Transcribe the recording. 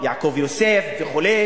יעקב יוסף וכו',